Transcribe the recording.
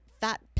fat